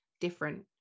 different